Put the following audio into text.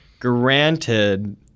Granted